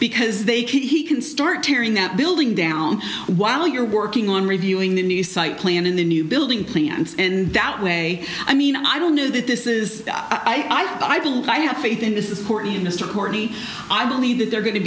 because they can he can start tearing that building down while you're working on reviewing the new site plan in the new building plants and that way i mean i don't know that this is i believe i have faith in this is important to mr courtney i believe that they're going to